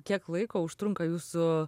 kiek laiko užtrunka jūsų